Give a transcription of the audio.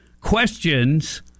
questions